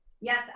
Yes